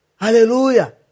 Hallelujah